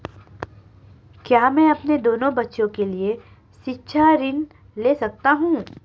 क्या मैं अपने दोनों बच्चों के लिए शिक्षा ऋण ले सकता हूँ?